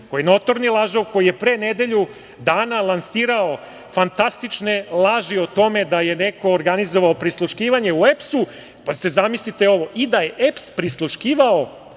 koji je notorni lažov, koji je pre nedelju dana lansirao fantastične laži o tome da je neko organizovao prisluškivanje u EPS-u, zamislite ovo, i da je EPS prisluškivao,